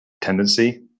tendency